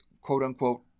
quote-unquote